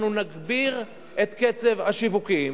אנחנו נגביר את קצב השיווקים.